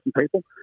people